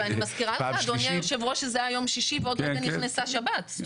ואני מזכירה לך אדוני היושב ראש שזה היה יום שישי ועוד לא נכנסה שבת.